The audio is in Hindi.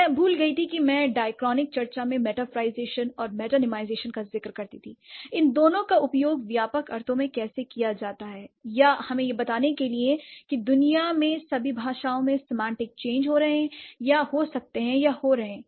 मैं भूल गई थी कि मैं डाईक्रॉनिक चर्चा में मेटाफ्राईजेसन और मेटानीमाईजेसन का जिक्र करती थी l इन दोनों का उपयोग व्यापक अर्थों में कैसे किया जाता है l या हमें यह बताने के लिए कि दुनिया में सभी भाषाओं में सेमांटिक चेंज हो रहे हैं या हो सकते हैं या हो रहे हैं